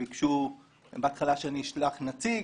ביקשו בהתחלה שאני אשלח נציג.